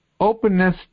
openness